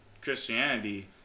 Christianity